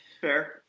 Fair